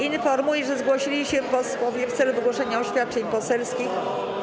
Informuję, że zgłosili się posłowie w celu wygłoszenia oświadczeń poselskich.